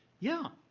yeah,